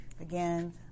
Again